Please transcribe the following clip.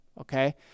okay